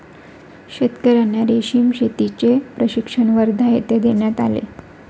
शेतकर्यांना रेशीम शेतीचे प्रशिक्षण वर्धा येथे देण्यात आले